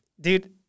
dude